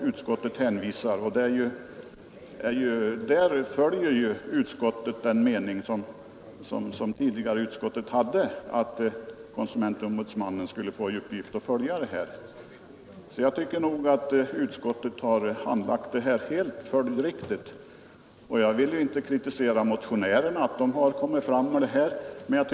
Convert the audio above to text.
Utskottet anser nu i likhet med tidigare att konsumentombudsmannen bör ha i uppgift att följa dessa frågor. Utskottets handläggning av ärendet är alltså helt följdriktig. Jag kritiserar inte motionärerna för att de framlagt detta förslag.